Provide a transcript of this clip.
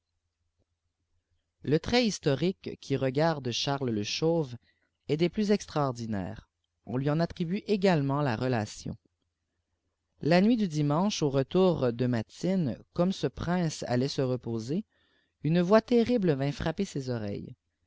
le tiit historique quji regarde diaries le obauve est des plus utraordimires on lui ea attribue également la rdation laûuit du dimanche au retour de matines comme ce prince allait se reposer une oix terrible vint frapper ses oreilles